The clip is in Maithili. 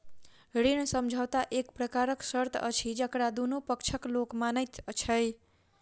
ऋण समझौता एक प्रकारक शर्त अछि जकरा दुनू पक्षक लोक मानैत छै